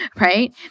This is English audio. right